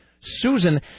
Susan